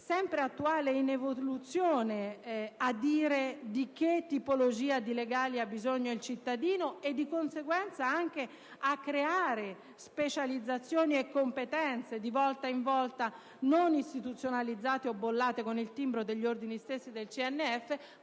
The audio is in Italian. sempre attuale ed in evoluzione, ad indicare la tipologia di legali di cui ha bisogno il cittadino e, di conseguenza, a creare specializzazioni e competenze di volta in volta, non perchè istituzionalizzate o bollate con il timbro degli ordini stessi, del